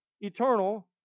eternal